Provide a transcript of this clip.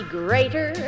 greater